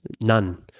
none